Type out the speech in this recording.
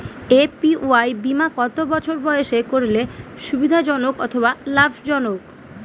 APY বীমা কত বছর বয়সে করলে সুবিধা জনক অথবা লাভজনক?